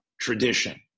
tradition